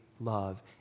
love